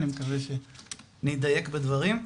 אני מקווה שאדייק בדברים,